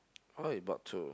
oh you bought two